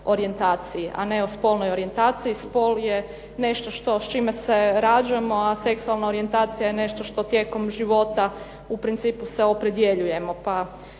a ne o spolnoj orijentaciji. Spol je nešto s čime se rađamo, a seksualna orijentacija je nešto što tijekom života u principu se opredjeljujemo